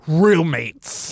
roommates